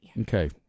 Okay